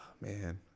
man